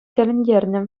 тӗлӗнтернӗ